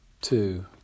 Two